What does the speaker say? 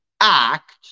act